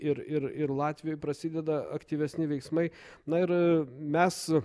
ir ir ir latvijoj prasideda aktyvesni veiksmai na ir mes